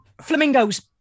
Flamingos